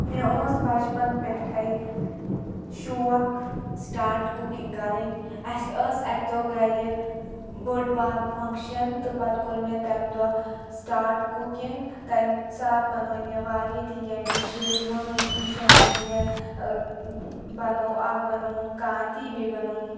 مےٚ اوس بچپن پٮ۪ٹھٔے شوق سِٹارٹ کُکِنٛگ کَرٕنۍ اسہِ ٲس اکہِ دۄہ گھرٕ بٔڑ بارٕ فَنٛکشَن تہٕ پَتہٕ کوٚر مےٚ تَمہِ دۄہ سِٹارٹ کُکِنٛگ تَمہِ ساتہٕ بَنٲی مےٚ واریاہ تہِ کیٚنٛہہ ڈِشِز یمن ڈِشَن مَنٛز مےٚ بَنوٚو اکھ بَنٲوٕم کانٛتی بیٚیہِ بَنٲوٕم